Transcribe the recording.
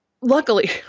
luckily